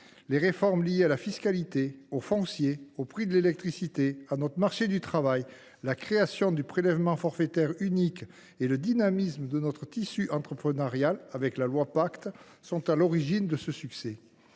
Les réformes liées à la fiscalité, au foncier, au prix de l’électricité, au marché du travail, ainsi que la création du prélèvement forfaitaire unique et la dynamisation de notre tissu entrepreneurial au travers de la loi Pacte sont à l’origine de ces succès.